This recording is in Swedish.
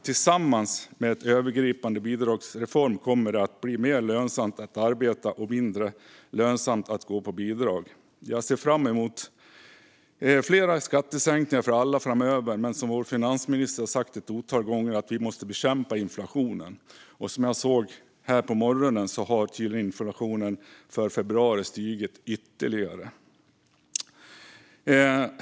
Tillsammans med en övergripande bidragsreform kommer det att bli mer lönsamt att arbeta och mindre lönsamt att gå på bidrag. Jag ser fram emot fler skattesänkningar för alla framöver, men som vår finansminister har sagt otaliga gånger måste vi bekämpa inflationen. Jag såg nu på morgonen att den steg ytterligare i februari.